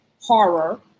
horror